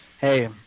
Hey